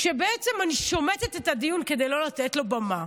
שבעצם אני שומטת את הדיון כדי לא לתת לו במה.